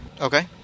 Okay